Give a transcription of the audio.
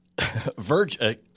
Virgin